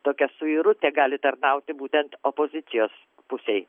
tokia suirutė gali tarnauti būtent opozicijos pusei